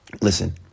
Listen